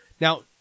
Now